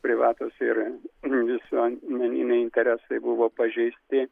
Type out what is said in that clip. privatūs ir visuomeniniai interesai buvo pažeisti